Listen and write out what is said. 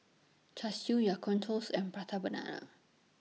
Char Siu Ya Kun Toast and Prata Banana